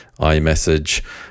iMessage